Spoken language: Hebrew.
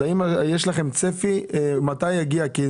האם יש לכם צפי מתי יגיע הכסף?